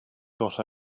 got